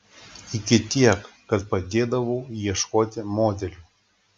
iki tiek kad padėdavau ieškoti modelių